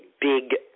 big